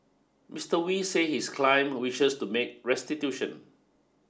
Mister Wee said his client wishes to make restitution